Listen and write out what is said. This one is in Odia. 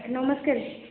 ନମସ୍କାର